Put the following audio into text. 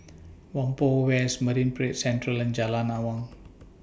Whampoa West Marine Parade Central and Jalan Awang